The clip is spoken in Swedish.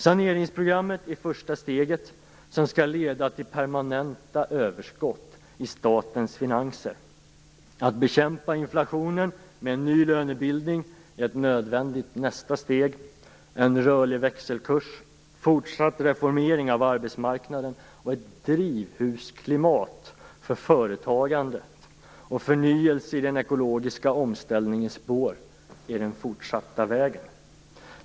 Saneringsprogrammet är första steget som skall leda till permanenta överskott i statens finanser. Att bekämpa inflationen med en ny lönebilding är ett nödvändigt nästa steg. En rörlig växelkurs, fortsatt reformering av arbetsmarknaden och ett drivshusklimat för företagande och förnyelse i den ekologiska omställningens spår är den fortsatta vägen.